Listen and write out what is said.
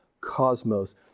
cosmos